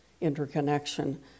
interconnection